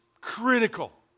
critical